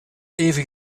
even